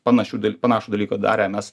panašių panašų dalyką darę mes